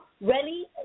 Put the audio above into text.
ready